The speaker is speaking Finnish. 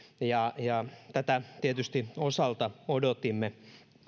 ja ja tätä tietysti osaltamme odotimme